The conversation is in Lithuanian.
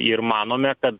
ir manome kad